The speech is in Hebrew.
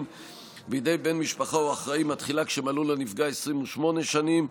בידי בן משפחה או אחראי מתחילה כשמלאו לנפגע 28 שנים,